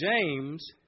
James